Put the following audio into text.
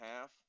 half